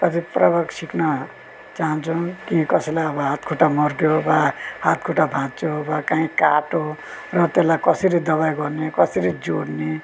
कति प्रकार सिक्न चाहन्छौँ कि कसैलाई अब हात खुट्टा मर्क्यो वा हात खुट्टा भाचियो वा काहीँ काट्यो र त्यसलाई कसरी दबाई गर्ने कसरी जोड्ने